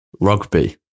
rugby